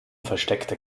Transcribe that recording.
versteckte